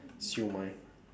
siew-mai